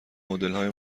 مدلهای